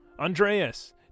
Andreas